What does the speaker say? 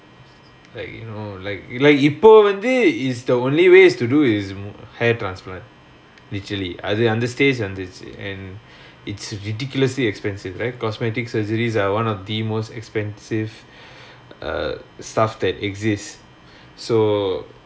like you know like இல்ல இபோ வந்து:illa ippo vanthu is the only way is to do is head transplant literally அது அந்த:athu antha stage வந்திச்சி:vanthichi and it's and it's ridiculously expensive right cosmetic surgeries are one of the most expensive err stuff that exists so